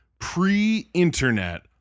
pre-internet